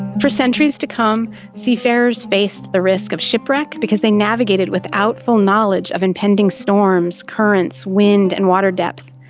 for centuries to come, seafarers faced the risk of shipwreck because they navigated without full knowledge of impending storms, currents, wind and water depth.